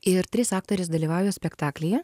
ir trys aktorės dalyvauja spektaklyje